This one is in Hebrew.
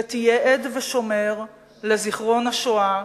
ותהיה עד ושומר לזיכרון השואה,